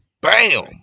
Bam